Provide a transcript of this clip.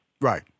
Right